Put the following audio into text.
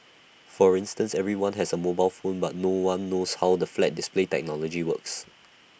for instance everyone has A mobile phone but no one knows how the flat display technology works